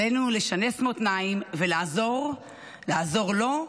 עלינו לשנס מותניים ולעזור לו,